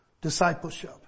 discipleship